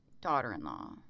daughter-in-law